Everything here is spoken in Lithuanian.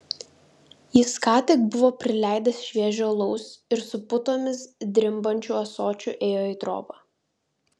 jis ką tik buvo prileidęs šviežio alaus ir su putomis drimbančiu ąsočiu ėjo į trobą